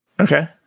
Okay